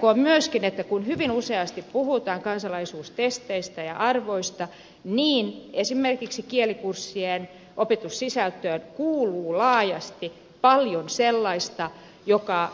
todettakoon myöskin että kun hyvin useasti puhutaan kansalaisuustesteistä ja arvoista niin esimerkiksi kielikurssien opetussisältöön kuuluu laajasti paljon sellaista joka